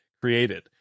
created